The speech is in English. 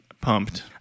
Pumped